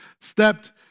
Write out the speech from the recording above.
stepped